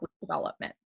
development